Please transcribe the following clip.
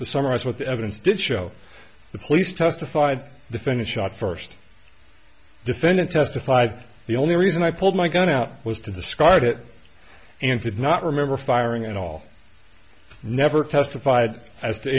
y summarize what the evidence did show the police testified the finish shot first defendant testified the only reason i pulled my gun out was to discard it and did not remember firing at all never testified as to